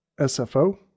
SFO